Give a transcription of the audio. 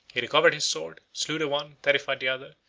he recovered his sword, slew the one, terrified the other,